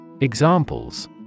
Examples